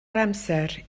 amser